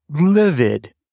livid